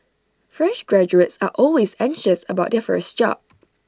fresh graduates are always anxious about their first job